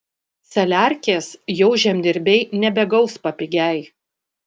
saliarkės jau žemdirbiai nebegaus papigiaj